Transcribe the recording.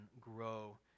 grow